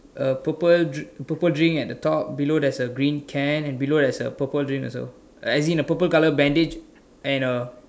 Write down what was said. uh purple dr~ purple drink at the top below there's a green can and below there's a purple drink also as in there's a purple colour bandage and a